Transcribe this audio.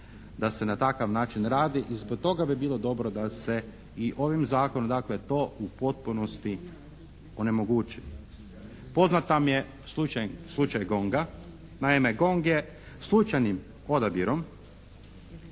da se na takav način radi i zbog toga bi bilo dobro da se i ovim Zakonom dakle to u potpunosti onemogući. Poznat mi je slučaj GONG-a. Naime GONG je slučajnim odabirom,